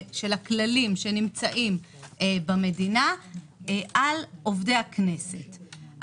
של הכללים שנמצאים במדינה על עובדי הכנסת.